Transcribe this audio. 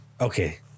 okay